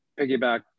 piggyback